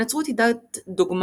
הנצרות היא דת דוגמטית,